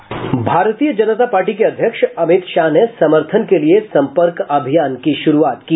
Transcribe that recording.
भारतीय जनता पार्टी के अध्यक्ष अमित शाह ने समर्थन के लिए सम्पर्क अभियान की शुरूआत की